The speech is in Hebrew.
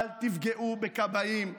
אל תפגעו בכבאים.